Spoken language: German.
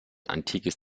antikes